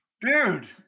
dude